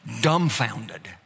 dumbfounded